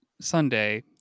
Sunday